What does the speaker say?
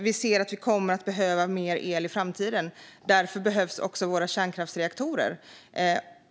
Vi ser att vi kommer att behöva mer el i framtiden, och därför behövs våra kärnkraftsreaktorer.